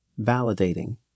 validating